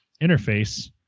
interface